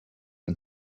and